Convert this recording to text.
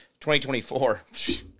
2024